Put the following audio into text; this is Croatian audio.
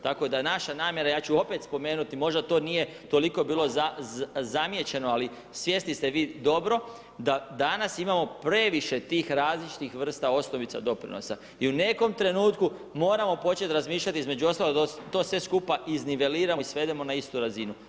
Tako da je naša namjera, ja ću opet spomenuti, možda to nije toliko bilo zamijećeno ali svjesni ste vi dobro da danas imamo previše tih različitih vrsta osnovica doprinosa i u nekom trenutku moramo početi razmišljati između ostaloga da to sve skupa izniveliramo i svedemo na istu razinu.